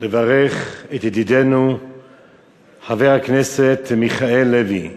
לברך את ידידנו חבר הכנסת מיכאל לוי,